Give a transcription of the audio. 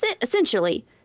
essentially